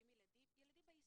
ילדים ביסודי.